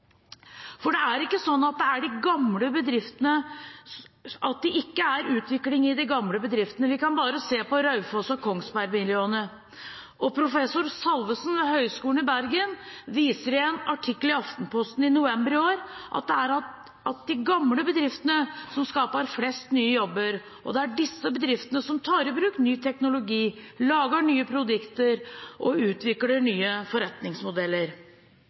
bedriftene. Det er ikke sånn at det ikke er utvikling i de gamle bedriftene. Vi kan bare se på Raufoss- og Kongsberg-miljøene. Professor Salvanes ved Høgskolen i Bergen viser i en artikkel i Aftenposten i november i år at det er de gamle bedriftene som skaper flest nye jobber, og det er disse bedriftene som tar i bruk ny teknologi, lager nye produkter og utvikler nye forretningsmodeller.